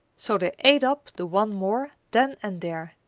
so they ate up the one more then and there,